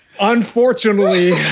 Unfortunately